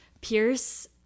Pierce